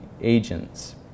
agents